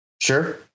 Sure